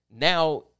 now